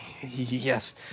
Yes